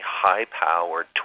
high-powered